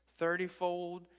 thirtyfold